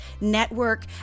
network